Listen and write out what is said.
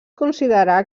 considerar